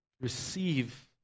Receive